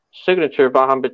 signature